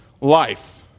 life